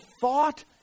thought